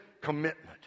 commitment